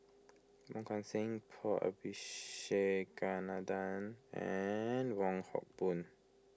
Wong Kan Seng Paul Abisheganaden and Wong Hock Boon